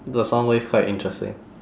the sound wave quite interesting